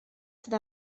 sydd